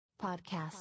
Podcast